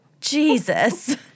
Jesus